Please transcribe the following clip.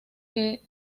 que